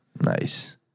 Nice